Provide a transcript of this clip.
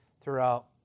throughout